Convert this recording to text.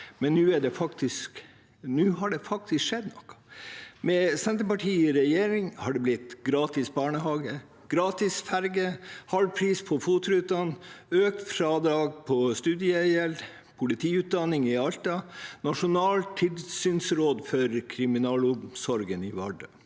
men nå har det faktisk skjedd noe. Med Senterpartiet i regjering har det blitt gratis barnehage, gratis ferje, halv pris på FOT-rutene, økt fradrag på studiegjeld, politiutdanning i Alta og nasjonalt tilsynsråd for kriminalomsorgen i Vardø.